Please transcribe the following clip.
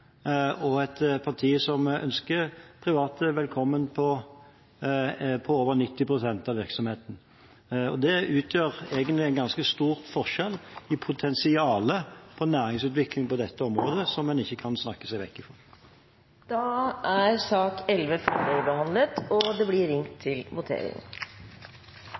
og et parti som ønsker private velkommen til over 90 pst. av virksomheten. Det utgjør egentlig en ganske stor forskjell i potensialet for næringsutvikling på dette området, som man ikke kan snakke seg vekk fra. Sak nr. 11 er da ferdigbehandlet. Stortinget er da klar til å gå til votering.